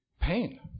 Pain